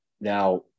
now